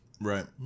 Right